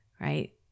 right